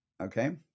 Okay